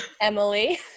Emily